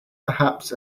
perhaps